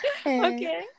okay